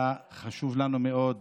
היה לנו חשוב מאוד